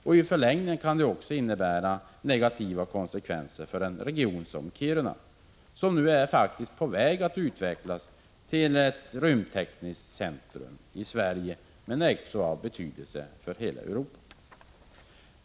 I förlängningen kan detta få negativa konsekvenser för en region som Kiruna, som nu faktiskt är på väg att utvecklas till ett rymdtekniskt centrum i Sverige med betydelse för hela Europa.